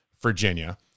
Virginia